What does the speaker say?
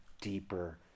deeper